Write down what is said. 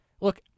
look